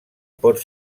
pot